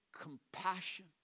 compassion